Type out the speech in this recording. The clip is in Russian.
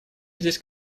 здесь